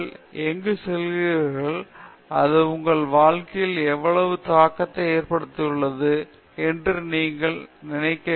நீங்கள் எங்கு செல்கிறீர்கள் அது உங்கள் வாழ்க்கையில் எவ்வளவு தாக்கத்தை ஏற்படுத்தியுள்ளது என்று நீங்கள் நினைக்க வேண்டும்